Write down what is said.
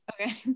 okay